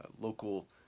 local